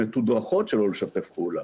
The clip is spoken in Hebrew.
הן מתודרכות שלא לשתף פעולה.